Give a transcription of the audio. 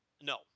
No